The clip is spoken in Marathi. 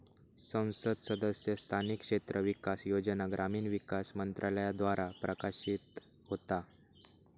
संसद सदस्य स्थानिक क्षेत्र विकास योजना ग्रामीण विकास मंत्रालयाद्वारा प्रशासित होता